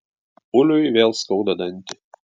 uliui vėl skauda dantį